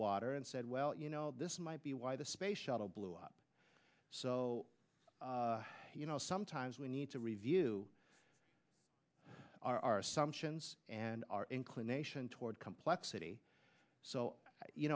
water and said well you know this might be why the space shuttle blew up so you know sometimes we need to review our assumptions and our inclination toward complexity so you